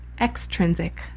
extrinsic